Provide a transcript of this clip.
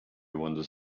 wanders